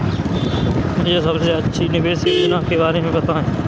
मुझे सबसे अच्छी निवेश योजना के बारे में बताएँ?